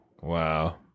Wow